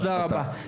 תודה רבה.